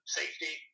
safety